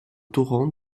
torrent